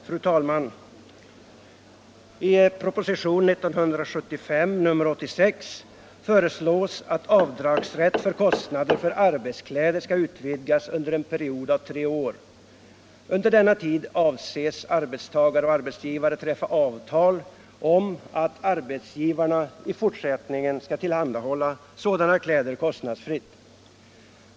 Fru talman! I propositionen 1975:86 föreslås att avdragsrätt för kostnader för arbetskläder skall utvidgas under en period av tre år. Under denna tid avses arbetstagare och arbetsgivare träffa avtal om att arbetsgivarna i fortsättningen skall tillhandahålla sådana kläder kostnadsfritt.